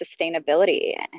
sustainability